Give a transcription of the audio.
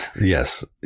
Yes